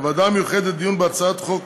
בוועדה המיוחדת לדיון בהצעת חוק